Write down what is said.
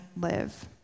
live